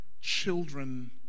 children